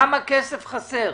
כמה כסף חסר?